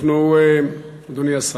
אדוני השר,